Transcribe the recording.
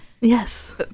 yes